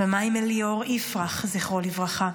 ומה עם אליאור יפרח, זכרו לברכה?